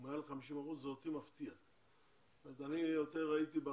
הוא מעל 50%, זה אותי מפתיע.